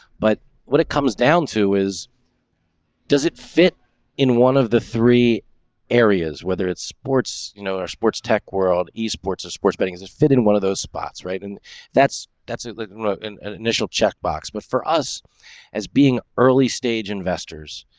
but what it comes down to is does it fit in one of the three areas, whether it's sports, you know, our sports tech world, ea sports of sports betting is that fit in one of those spots, right? and that's that's like and and and initial check box. but for us as being early stage investors,